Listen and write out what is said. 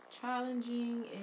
challenging